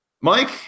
Mike